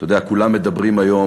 אתה יודע, כולם מדברים היום